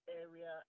area